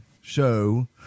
show